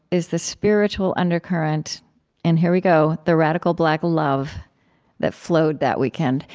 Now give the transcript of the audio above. is the spiritual undercurrent and here we go the radical black love that flowed that weekend.